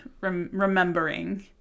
remembering